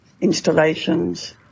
installations